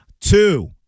two